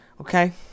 okay